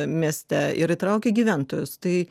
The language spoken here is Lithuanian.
mieste ir įtraukia gyventojus tai